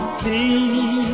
please